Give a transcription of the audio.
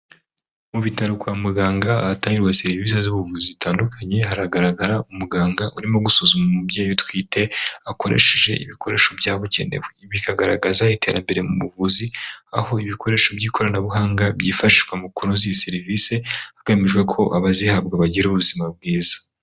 Mu bitaro kwa muganga hatangirwa serivisi z'ubuvuzi zitandukanye, haragaragara umuganga urimo gusuzuma umubyeyi utwite akoresheje ibikoresho byabugenewe bikagaragaza iterambere mu buvuzi aho ibikoresho by'ikoranabuhanga byifashishwa mu kunoza iyi serivisi hagamejwe ko abazihabwa bagira ubuzima bwiza.